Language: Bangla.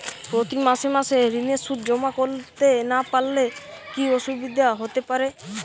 প্রতি মাসে মাসে ঋণের সুদ জমা করতে না পারলে কি অসুবিধা হতে পারে?